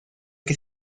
que